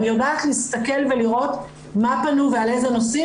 אני יודעת להסתכל ולראות מה פנו ועל איזה נושאים